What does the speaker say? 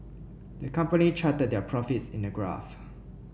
the company charted their profits in a graph